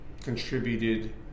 contributed